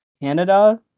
Canada